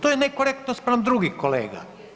To je nekorektno spram drugih kolega.